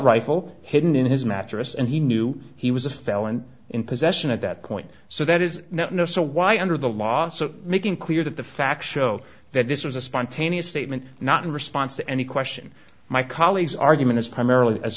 rifle hidden in his mattress and he knew he was a felon in possession at that point so that is no so why under the law making clear that the facts show that this was a spontaneous statement not in response to any question my colleagues argument is primarily as